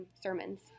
sermons